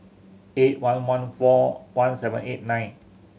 eight one one four one seven eight nine